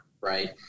right